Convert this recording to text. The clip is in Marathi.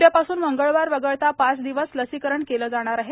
उद्यापासून मंगळवार वगळता पाच दिवस लसीकरण केलं जाणार आहे